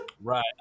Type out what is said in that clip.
Right